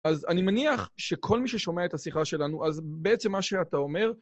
אז אני מניח שכל מי ששומע את השיחה שלנו, אז בעצם מה שאתה אומר...